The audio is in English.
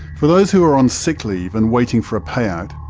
for those who are on sick leave and waiting for a payout,